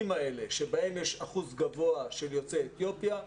שבהם יש אחוז גבוה של יוצאי אתיופיה,